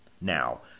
Now